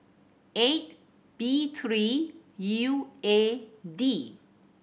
eight B three U A D